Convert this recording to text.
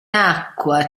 acqua